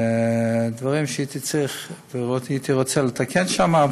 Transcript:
דברים שהייתי רוצה לתקן שם,